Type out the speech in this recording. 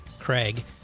Craig